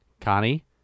Connie